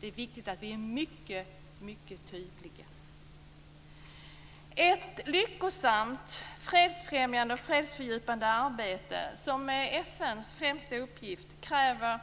Det är viktigt att vi är mycket tydliga. Ett lyckosamt fredsfrämjande och fredsfördjupande arbete, som är FN:s främsta uppgift, kräver